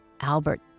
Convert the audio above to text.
Albert